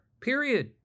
Period